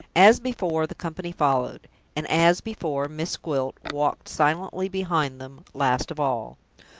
as before, the company followed and, as before, miss gwilt walked silently behind them, last of all.